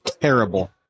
terrible